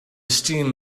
steam